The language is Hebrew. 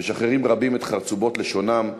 משחררים רבים את חרצובות לשונם,